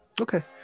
Okay